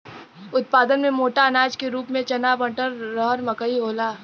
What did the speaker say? उत्पादन में मोटा अनाज के रूप में चना मटर, रहर मकई होला